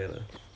oh